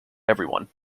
everyone